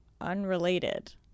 unrelated